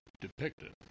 depicted